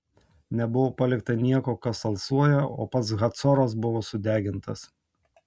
nebuvo palikta nieko kas alsuoja o pats hacoras buvo sudegintas